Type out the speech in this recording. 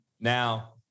Now